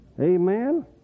Amen